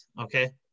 okay